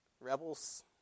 rebels